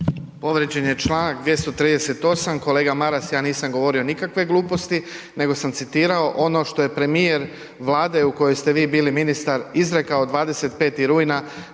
Povrijeđen je čl. 238. Kolega Maras, ja nisam govorio nikakve gluposti nego sam citirao ono što je premijer Vlade u kojoj ste vi bili ministar izrekao 25. rujna